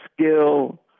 skill